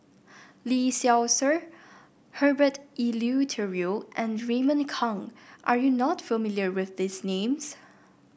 Lee Seow Ser Herbert Eleuterio and Raymond Kang are you not familiar with these names